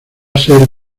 ser